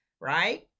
right